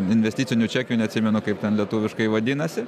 investiciniu čekiu neatsimenu kaip ten lietuviškai vadinasi